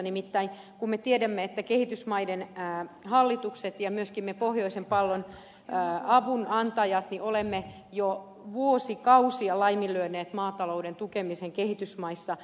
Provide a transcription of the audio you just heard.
nimittäin me tiedämme että kehitysmaiden hallitukset ja myöskin me pohjoisen pallonpuoliskon avunantajat olemme jo vuosikausia laiminlyöneet maatalouden tukemisen kehitysmaissa